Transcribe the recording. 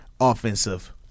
offensive